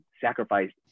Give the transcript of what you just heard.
sacrificed